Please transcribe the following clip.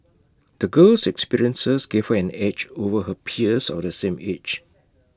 the girl's experiences gave her an edge over her peers of the same age